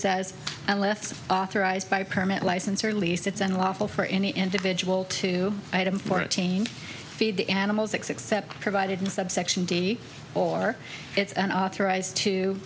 says unless authorized by permit license or at least it's unlawful for any individual to item fourteen feed the animals except provided in subsection d or it's an authorized to